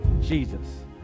Jesus